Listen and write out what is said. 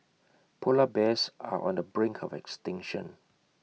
Polar Bears are on the brink of extinction